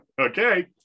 okay